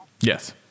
Yes